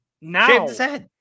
Now